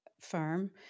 firm